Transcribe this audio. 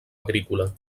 agrícola